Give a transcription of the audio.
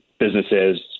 businesses